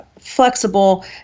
flexible